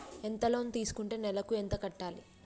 ఎంత లోన్ తీసుకుంటే నెలకు ఎంత కట్టాలి?